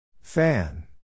Fan